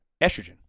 estrogen